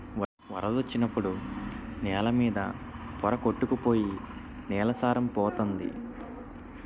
వరదొచ్చినప్పుడు నేల మీద పోర కొట్టుకు పోయి నేల సారం పోతంది